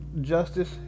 justice